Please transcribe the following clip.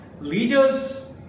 Leaders